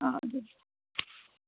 اَدٕ